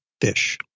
fish